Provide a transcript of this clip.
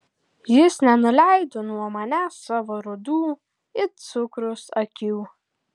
jis nenuleido nuo manęs savo rudų it cukrus akių